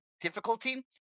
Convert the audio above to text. difficulty